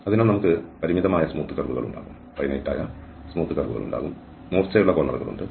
അതിനാൽ നമുക്ക് പരിമിതമായ സ്മൂത്ത് കർവുകൾ ഉണ്ടാകും മൂർച്ചയുള്ള കോർണർകൾ ഉണ്ട്